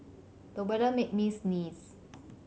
the weather made me sneeze